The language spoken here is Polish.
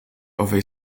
owej